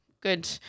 good